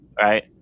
right